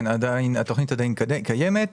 כן, התכנית עדיין קיימת.